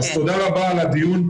תודה רבה על הדיון,